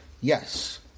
Yes